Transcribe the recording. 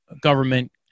government